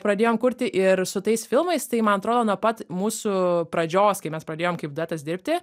pradėjom kurti ir su tais filmais tai man atrodo nuo pat mūsų pradžios kai mes pradėjom kaip duetas dirbti